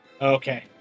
Okay